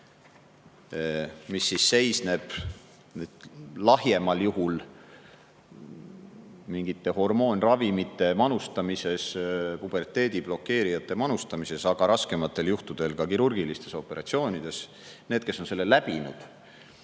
mis seisneb lahjemal juhul mingite hormoonravimite manustamises, puberteedi blokeerijate manustamises, aga raskematel juhtudel ka kirurgilistes operatsioonides – need, kes on selle läbinud,